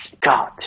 God